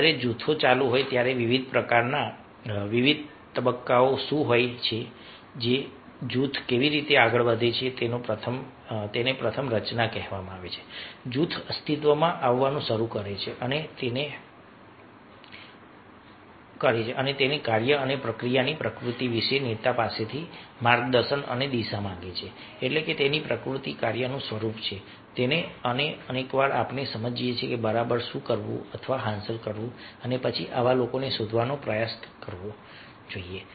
જ્યારે જૂથો ચાલુ હોય ત્યારે વિવિધ તબક્કાઓ શું હોય છે જૂથ કેવી રીતે આગળ વધે છે તેને પ્રથમ રચના કહેવામાં આવે છે જૂથ અસ્તિત્વમાં આવવાનું શરૂ કરે છે અને તેના કાર્ય અને પ્રક્રિયાની પ્રકૃતિ વિશે નેતા પાસેથી માર્ગદર્શન અને દિશા માંગે છે એટલે કે તેની પ્રકૃતિ કાર્યનું સ્વરૂપ શું છે અને એકવાર આપણે સમજીએ કે બરાબર શું કરવું અથવા હાંસલ કરવું અને પછી આવા લોકોને શોધવાનો પ્રયાસ શરૂ કરવો જોઈએ